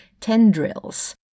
tendrils